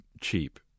cheap